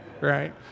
Right